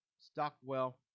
Stockwell